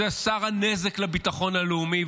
זה שר הנזק לביטחון הלאומי,